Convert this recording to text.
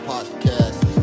Podcast